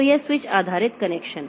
तो यह स्विच आधारित कनेक्शन